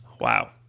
Wow